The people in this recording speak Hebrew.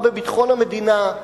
בביטחון המדינה,